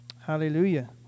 Hallelujah